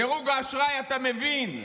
דירוג האשראי, אתה מבין?